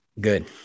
Good